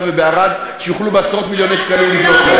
ובערד שיוכלו בעשרות-מיליוני שקלים לבנות,